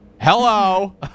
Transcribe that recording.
hello